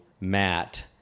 Matt